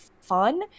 fun